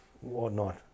whatnot